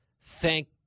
thank